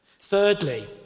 Thirdly